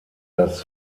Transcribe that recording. das